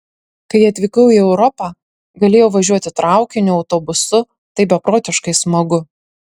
kai atvykau į europą galėjau važiuoti traukiniu autobusu tai beprotiškai smagu